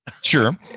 Sure